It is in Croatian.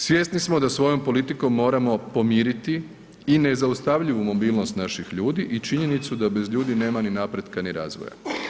Svjesni smo da svojom politikom moramo pomiriti i neuzaustavljivu mobilnost naših ljudi i činjenicu da bez ljudi nema ni napretka, ni razvoja.